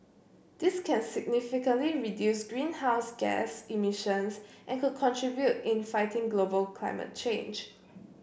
this can significantly reduce greenhouse gas emissions and could contribute in fighting global climate change